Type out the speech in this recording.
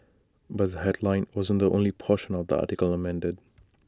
but the headline wasn't the only portion of the article amended